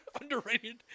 Underrated